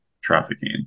trafficking